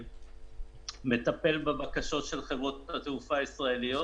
שמטפל בבקשות של חברות התעופה הישראליות.